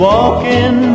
Walking